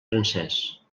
francès